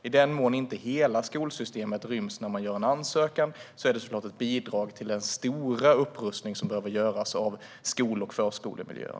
I den mån inte hela skolsystemet ryms när man gör en ansökan är det såklart ett bidrag till den stora upprustning som behöver göras av skol och förskolemiljöer.